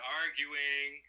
arguing